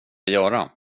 göra